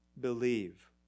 believe